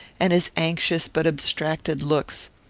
and his anxious but abstracted looks.